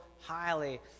highly